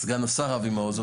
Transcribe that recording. סגן השר אבי מעוז,